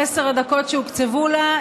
הדקות שהוקצבו לה,